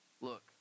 look